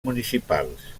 municipals